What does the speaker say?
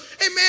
amen